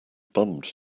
bummed